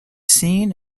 seen